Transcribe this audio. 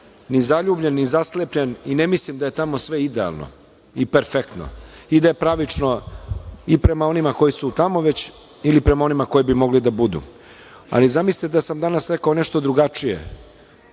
ni zaljubljen, ni zaslepljen i ne mislim da je tamo sve idealno i perfektno i da je pravično i prema onima koji su tamo ili prema onima koji bi mogli da budu, ali zamisliste da sam danas rekao nešto drugačije,